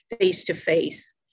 face-to-face